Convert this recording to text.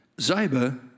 Ziba